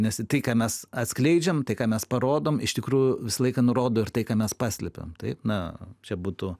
nes tai ką mes atskleidžiam tai ką mes parodom iš tikrųjų visą laiką nurodo ir tai ką mes paslėpiam taip na čia būtų